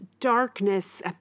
darkness